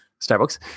Starbucks